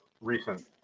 recent